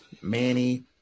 Manny